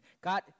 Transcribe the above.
God